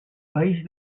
país